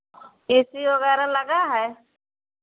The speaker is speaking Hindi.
ए सी वगैरह लगा है